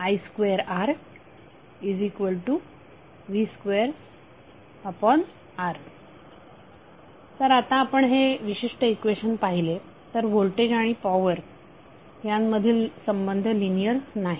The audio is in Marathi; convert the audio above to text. pi2Rv2R तर आता आपण हे विशिष्ट इक्वेशन पाहिले तर होल्टेज आणि पॉवर यांमधील संबंध लिनियर नाही